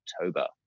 October